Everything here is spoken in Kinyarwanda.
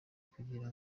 kugira